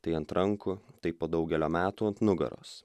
tai ant rankų tai po daugelio metų ant nugaros